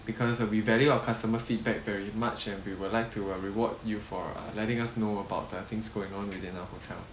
because uh we value our customer feedback very much and we would like to uh reward you for uh letting us know about the things going on within our hotel